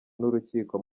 n’urukiko